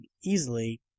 easily